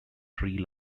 tree